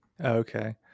Okay